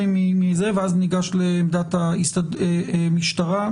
את עמדת המשטרה.